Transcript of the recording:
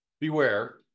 beware